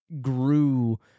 grew